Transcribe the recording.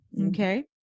okay